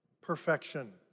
perfection